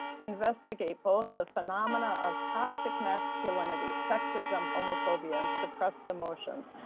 to investigate both the phenomena of toxic masculinity, sexism, homophobia and suppressed emotions,